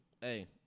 Hey